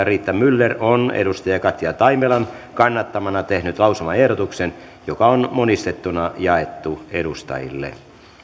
riitta myller katja taimelan kannattamana lausumaehdotuksen joka on monistettuna jaettu edustajille